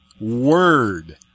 Word